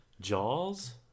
Jaws